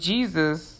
Jesus